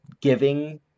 giving